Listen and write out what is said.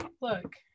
Look